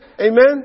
Amen